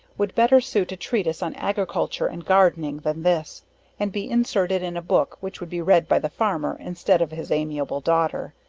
would better suit a treatise on agriculture and gardening than this and be inserted in a book which would be read by the farmer, instead of his amiable daughter.